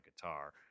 guitar